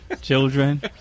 Children